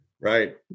Right